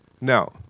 Now